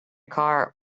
car